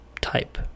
type